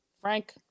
Frank